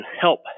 Help